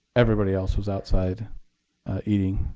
everybody else was outside eating.